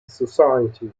society